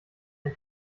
ein